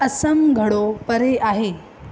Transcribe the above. असम घणो परे आहे